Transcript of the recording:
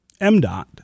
MDOT